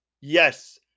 yes